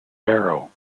barrow